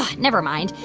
never mind.